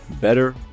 better